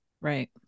Right